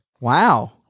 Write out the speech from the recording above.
Wow